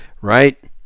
right